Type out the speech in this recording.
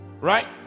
right